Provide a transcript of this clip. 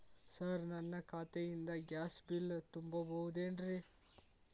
Sir ನನ್ನ ಖಾತೆಯಿಂದ gas bill ತುಂಬಹುದೇನ್ರಿ?